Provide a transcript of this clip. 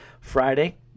Friday